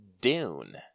dune